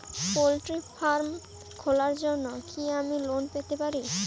Poultry farm খোলার জন্য কি আমি লোন পেতে পারি?